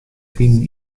finen